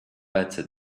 better